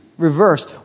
reverse